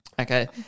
Okay